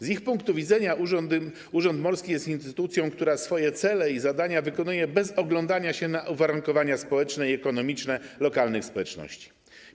Z ich punktu widzenia urząd morski jest instytucją, która swoje cele i zadania wykonuje bez oglądania się na uwarunkowania społeczne i ekonomiczne lokalnych społeczności.